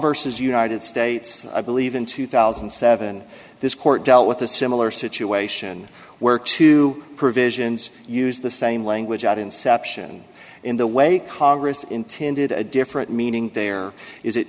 the united states i believe in two thousand and seven this court dealt with a similar situation where two provisions used the same language at inception in the way congress intended a different meaning there is it